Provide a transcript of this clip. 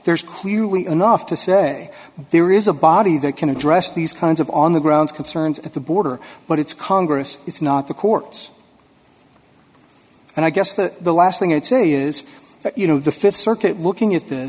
there's clearly enough to say there is a body that can address these kinds of on the grounds concerns at the border but it's congress it's not the courts and i guess the last thing i'd say is that you know the th circuit looking at th